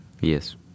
Yes